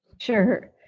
Sure